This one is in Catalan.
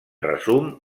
resum